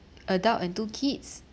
adult and two kids